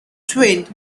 twinned